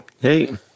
Hey